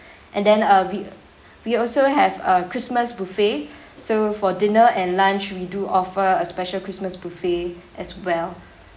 and then uh we we also have a christmas buffet so for dinner and lunch we do offer a special christmas buffet as well